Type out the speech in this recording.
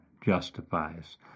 justifies